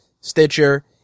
Stitcher